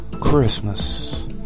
Christmas